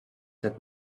said